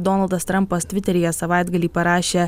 donaldas trumpas tviteryje savaitgalį parašė